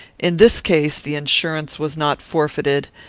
in this case, the insurance was not forfeited,